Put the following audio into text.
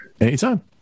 Anytime